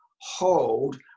hold